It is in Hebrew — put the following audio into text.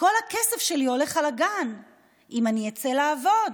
כל הכסף שלי הולך על הגן אם אני אצא לעבוד.